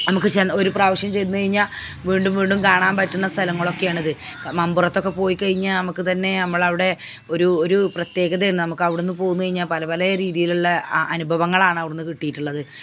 നമുക്ക് ശെൻ ഒരു പ്രാവശ്യം ചെന്നുകഴിഞ്ഞാൽ വീണ്ടും വീണ്ടും കാണാൻ പറ്റുന്ന സ്ഥലങ്ങളൊക്കെയാണിത് മമ്പുറത്തൊക്കെ പോയിക്കഴിഞ്ഞാൽ നമുക്കിതു തന്നെ നമ്മളവിടെ ഒരു ഒരു പ്രത്യേകതയെ നമുക്കവിടുന്നു പോന്നു കഴിഞ്ഞാൽ പല പല രീതിയിലുള്ള അനുഭവങ്ങളാണവിടുന്ന് കിട്ടിയിട്ടുള്ളത്